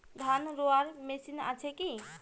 ধান রোয়ার মেশিন আছে কি?